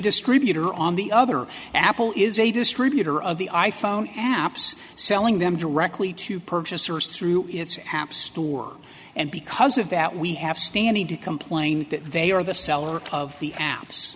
distributor on the other apple is a distributor of the i phone apps selling them directly to purchasers through its app store and because of that we have standing to complain that they are the seller of the a